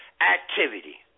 activity